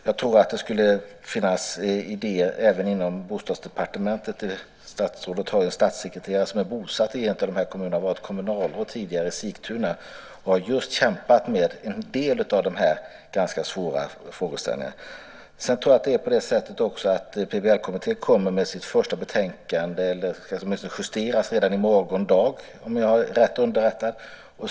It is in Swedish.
Jag tror att det kan finnas idéer även inom Bostadsdepartementet. Statsrådet har ju en statssekreterare som är bosatt i en av de här kommunerna och som tidigare varit kommunalråd i Sigtuna och just kämpat med en del av de här ganska svåra frågeställningarna. PBL-kommittén kommer med sitt första betänkande, eller det ska åtminstone justeras, redan i morgon dag, om jag är rätt underrättad.